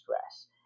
stress